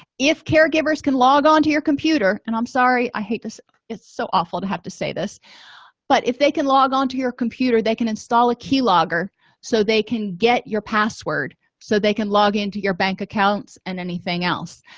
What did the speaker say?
if caregivers can log onto your computer and i'm sorry i hate this it's so awful to have to say this but if they can log onto your computer they can install a key logger so they can get your password so they can log into your bank accounts and anything else